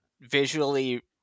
visually